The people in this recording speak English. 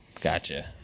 Gotcha